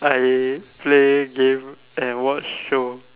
I play games and watch show